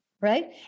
right